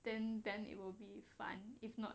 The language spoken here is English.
then then it'll be fun if not